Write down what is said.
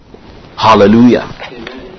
Hallelujah